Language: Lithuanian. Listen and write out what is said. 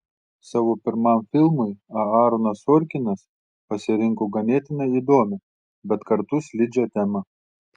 savo pirmam filmui aaronas sorkinas pasirinko ganėtinai įdomią bet kartu slidžią temą